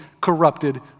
corrupted